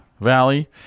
Valley